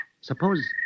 suppose